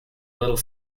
little